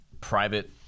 private